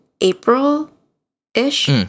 April-ish